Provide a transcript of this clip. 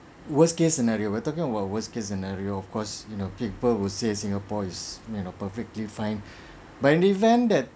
worst case scenario we're talking about worst case scenario of course you know people would say singapore is you know perfectly fine but in the event that